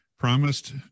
promised